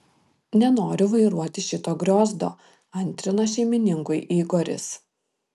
nenoriu vairuoti šito griozdo antrino šeimininkui igoris